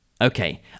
Okay